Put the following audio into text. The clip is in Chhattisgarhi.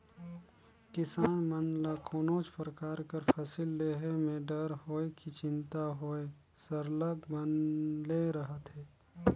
किसान मन ल कोनोच परकार कर फसिल लेहे में डर होए कि चिंता होए सरलग बनले रहथे